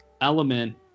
element